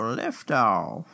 liftoff